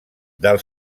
del